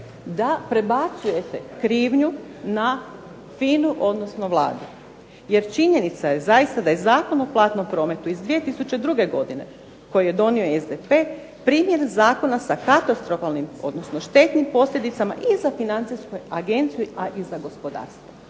da prebacujete krivnju na FINA-u, odnosno Vladu, jer činjenica je zaista da je Zakon o platnom prometu iz 2002. godine koji je donio SDP primjena zakona sa katastrofalnim, odnosno štetnim posljedicama i za Financijsku agenciju, a i za gospodarstvo.